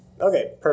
Okay